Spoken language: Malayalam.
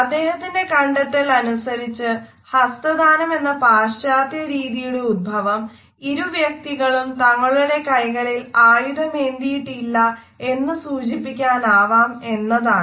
അദ്ദേഹത്തിന്റെ കണ്ടെത്തൽ അനുസരിച്ചു ഹസ്തദാനമെന്ന പാശ്ചാത്യ രീതിയുടെ ഉത്ഭവം ഇരു വ്യക്തികളും തങ്ങളുടെ കൈകളിൽ ആയുധമേന്തിയിട്ടില്ല എന്നു സൂചിപ്പിക്കാനാവാം എന്നതാണ്